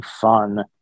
fun